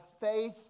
faith